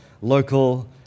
local